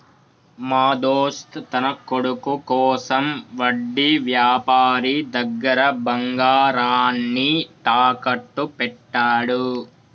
మా దోస్త్ తన కొడుకు కోసం వడ్డీ వ్యాపారి దగ్గర బంగారాన్ని తాకట్టు పెట్టాడు